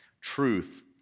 truth